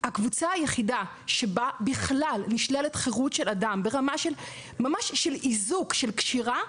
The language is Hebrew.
הקבוצה היחידה שבה בכלל נשללת חירות של אדם ברמה של אזיקה וקשירה,